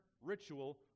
ritual